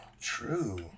True